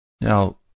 Now